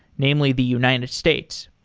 namely the united states.